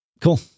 Cool